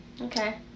Okay